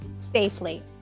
safely